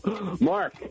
Mark